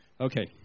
Okay